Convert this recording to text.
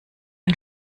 ein